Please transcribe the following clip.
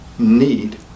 need